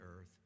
earth